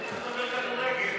חבר הכנסת חנוך דב מלביצקי.